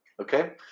okay